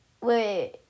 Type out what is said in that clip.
Wait